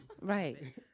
Right